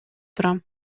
турам